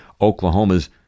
Oklahoma's